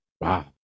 Wow